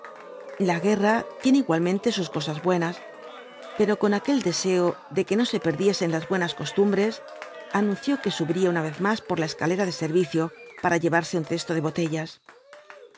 la guerra tiene igualmente sus cosas buenas pero con el deseo de que no se perdiesen las buenas costumbres anunció que subiría una vez más por la escalera de servicio para llevarse un cesto de botellas